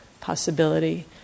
possibility